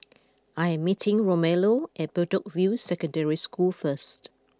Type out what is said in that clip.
I am meeting Romello at Bedok View Secondary School first